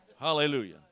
Hallelujah